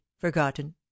forgotten